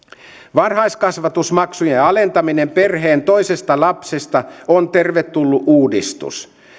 varhaiskasvatusmaksujen alentaminen perheen toisesta lapsesta on tervetullut uudistus